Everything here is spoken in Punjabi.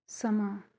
ਸਮਾਂ